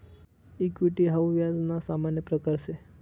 equity हाऊ व्याज ना सामान्य प्रकारसे